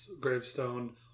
gravestone